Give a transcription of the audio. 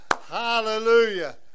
Hallelujah